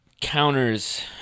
counters